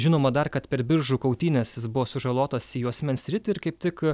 žinoma dar kad per biržų kautynes jis buvo sužalotas į juosmens sritį ir kaip tik